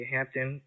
Hampton